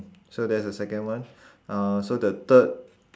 so that's the second one uh so the third